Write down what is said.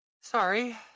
Sorry